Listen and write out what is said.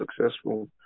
successful